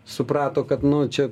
suprato kad nu čia